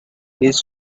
his